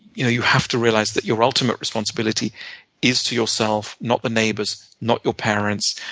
you have to realize that your ultimate responsibility is to yourself, not the neighbors, not your parents,